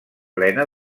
plena